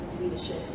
leadership